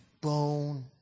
bone